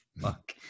Fuck